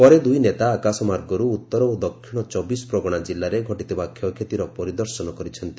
ପରେ ଦୁଇ ନେତା ଆକାଶମାର୍ଗର୍ ଉତ୍ତର ଓ ଦକ୍ଷିଣ ଚବିଶ ପ୍ରଗଣା ଜିଲ୍ଲାରେ ଘଟିଥିବା କ୍ଷୟକ୍ଷତିର ପରିଦର୍ଶନ କରିଛନ୍ତି